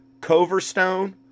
Coverstone